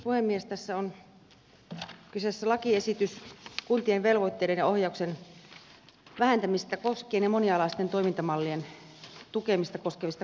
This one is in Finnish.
tässä on kyseessä lakiesitys kuntien velvoitteiden ja ohjauksen vähentämistä ja monialaisten toimintamallien tukemista koskevista kokeiluista